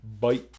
Bye